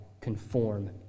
conform